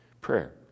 prayer